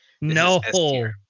No